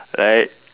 right